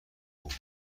علوم